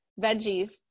veggies